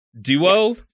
Duo